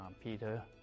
Peter